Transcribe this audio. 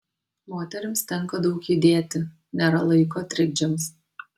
moterims tenka daug judėti nėra laiko trikdžiams